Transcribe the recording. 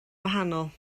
wahanol